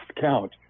count